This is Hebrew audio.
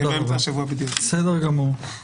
בסדר גמור.